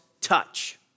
touch